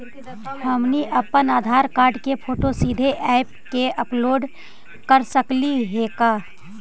हमनी अप्पन आधार कार्ड के फोटो सीधे ऐप में अपलोड कर सकली हे का?